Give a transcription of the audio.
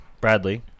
Bradley